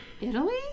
Italy